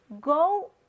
go